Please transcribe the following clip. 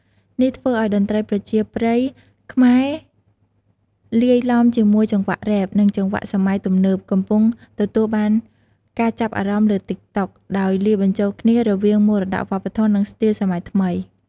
នេះធ្វើឲ្យតន្ត្រីប្រជាប្រិយខ្មែរលាយឡំជាមួយចង្វាក់រ៉េប និងចង្វាក់សម័យទំនើប កំពុងទទួលការចាប់អារម្មណ៍លើ តិកតុក ដោយលាយបញ្ចូលគ្នារវាងមរតកវប្បធម៌ និងស្ទីលសម័យថ្មី។